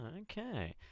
Okay